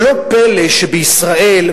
לא פלא שבישראל,